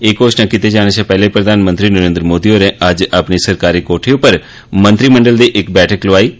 एह् घोषणा कीते जाने शा पैह्ले प्रधानमंत्री नरेन्द्र मोदी होरें अज्ज अपनी सरकारी कोठी उप्पर मंत्रिमंडल दी इक बैठक लोआई ही